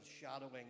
shadowing